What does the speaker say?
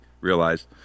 realized